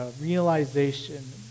realization